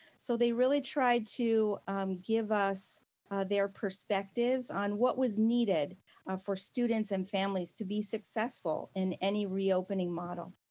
so they really tried to give us their perspectives on what was needed for students and families to be successful in any reopening model.